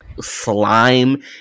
slime